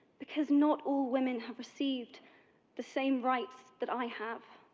because not all women have received the same rights that i have.